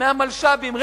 מהמלש"בים,